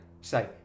say